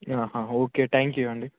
okay thank you అండి